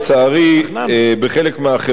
בחלק מהחברה הערבית,